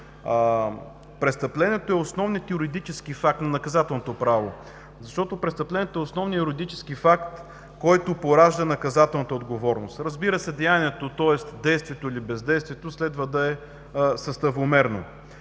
Престъплението е основният юридически факт на наказателното право, защото престъплението е основният юридически факт, който поражда наказателната отговорност. Разбира се, деянието, тоест действието или бездействието, следва да е съставомерно.